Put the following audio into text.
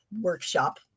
workshop